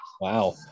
Wow